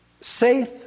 Safe